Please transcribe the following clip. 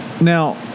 Now